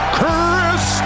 Chris